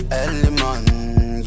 element